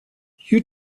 you